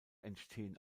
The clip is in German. entstehen